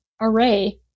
array